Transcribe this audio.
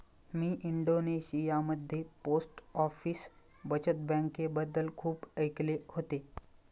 मी इंडोनेशियामध्ये post office बचत बँकेबद्दल खूप ऐकले होते